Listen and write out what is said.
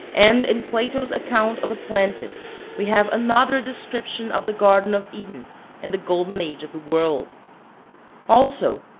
and in plato's account of atlantis we have another description of the garden of eden and the golden age of the world also,